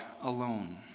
alone